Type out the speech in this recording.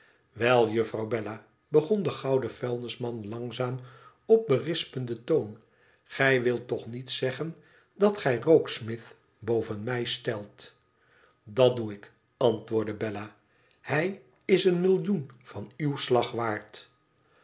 wel juffrouw bella begon de gouden vuilnisman langzaam op berispenden toon i gij wilt toch niet zeggen dat gij rokesmith boven mij stelt dat doe ikl antwoordde bella ihij is een millioenvan uw slag waard